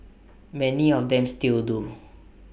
many of them still do